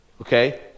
Okay